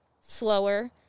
slower